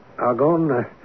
Argonne